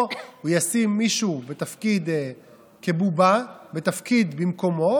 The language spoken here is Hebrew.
או הוא ישים מישהו כבובה בתפקיד במקומו